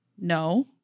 no